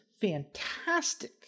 fantastic